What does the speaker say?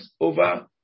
over